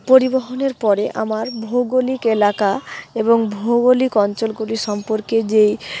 পরিবহনের পরে আমার ভৌগোলিক এলাকা এবং ভৌগোলিক অঞ্চলগুলি সম্পর্কে যেই